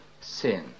sin